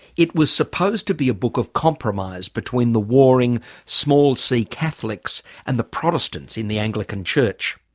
it was supposed to be a book of compromise between the warring small c catholics and the protestants in the anglican church.